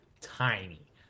tiny